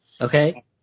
Okay